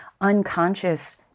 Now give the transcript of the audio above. unconscious